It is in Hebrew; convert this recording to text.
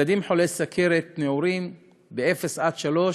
ילדים חולי סוכרת נעורים מגיל אפס עד גיל שלוש,